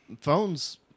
Phones